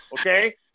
Okay